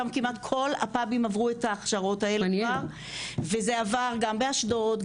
כל הפאבים קיבלו את ההכשרות האלה כבר וזה עבר גם באשדוד,